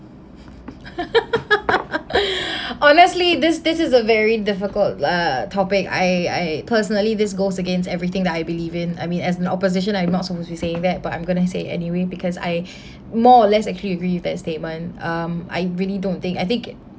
honestly this this is a very difficult uh topic I I personally just goes against everything that I believe in I mean as an opposition I'm not supposed to be saying that but I'm gonna say anyway because I more or less actually agree with that statement um I really don't think I think it